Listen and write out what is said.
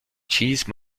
cheese